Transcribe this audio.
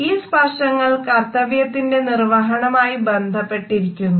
ഈ സ്പർശങ്ങൾ കർത്തവ്യത്തിന്റെ നിർവ്വഹണമായി ബന്ധപ്പെട്ടിരിക്കുന്നു